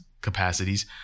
capacities